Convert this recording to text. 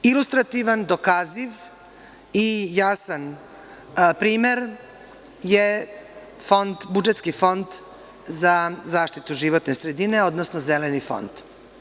Ilustrativan, dokaziv i jasan primer je fond, budžetski Fond za zaštitu životne sredine, odnosno Zeleni fond.